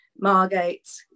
Margate